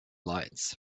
lights